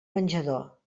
menjador